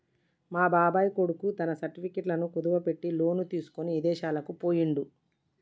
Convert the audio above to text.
మా బాబాయ్ కొడుకు తన సర్టిఫికెట్లను కుదువబెట్టి లోను తీసుకొని ఇదేశాలకు బొయ్యిండు